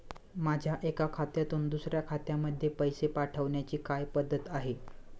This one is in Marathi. माझ्या एका खात्यातून दुसऱ्या खात्यामध्ये पैसे पाठवण्याची काय पद्धत आहे?